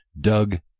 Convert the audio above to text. Doug